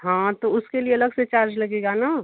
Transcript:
हाँ तो उसके लिए अलग से चार्ज लगेगा ना